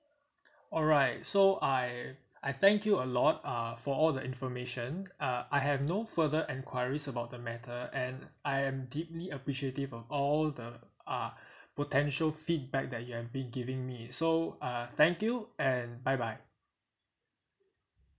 alright so I I thank you a lot uh for all the information uh I have no further enquiries about the matter and I am deeply appreciative of all the uh potential feedback that you have been giving me so uh thank you and bye bye